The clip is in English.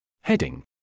Heading